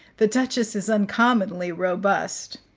the duchess is uncommonly robust.